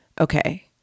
okay